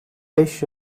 beş